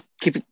keep